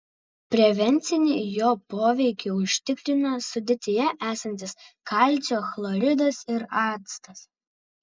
prevencinį jo poveikį užtikrina sudėtyje esantis kalcio chloridas ir actas